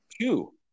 two